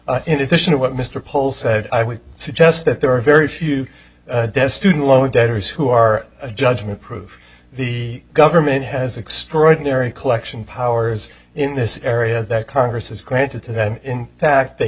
effects in addition to what mr pole said i would suggest that there are very few debts student loan debt is who are judgment proof the government has extraordinary collection powers in this area that congress has granted to them in fact they